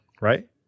Right